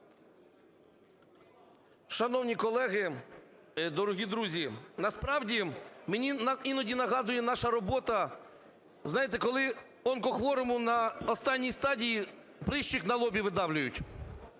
Шановні колеги, дорогі друзі! Насправді мені іноді нагадує наша робота, ви знаєте, коли онкохворому на останній стадії прищик на лобі видавлюють